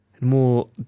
more